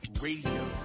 Radio